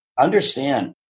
understand